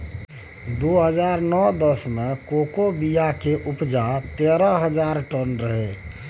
दु हजार नौ दस मे कोको बिया केर उपजा तेरह हजार टन रहै